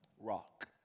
rock